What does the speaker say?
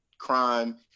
crime